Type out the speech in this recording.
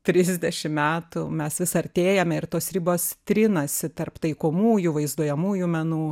trisdešim metų mes vis artėjame ir tos ribos trinasi tarp taikomųjų vaizduojamųjų menų